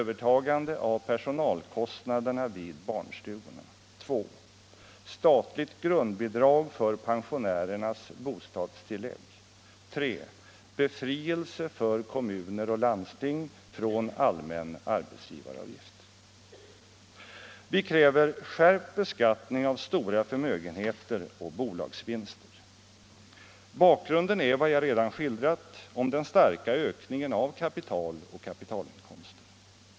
Våra krav är: Vi kräver skärpt beskattning av stora förmögenheter och bolagsvinster. Bakgrunden är vad jag redan skildrat om den starka ökningen av kapital och kapitalinkomster.